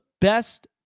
best